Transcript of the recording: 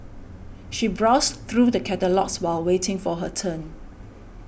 she browsed through the catalogues while waiting for her turn